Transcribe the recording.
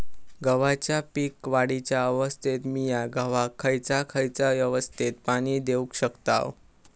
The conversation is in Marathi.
गव्हाच्या पीक वाढीच्या अवस्थेत मिया गव्हाक खैयचा खैयचा अवस्थेत पाणी देउक शकताव?